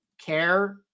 care